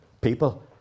people